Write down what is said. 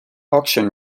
auction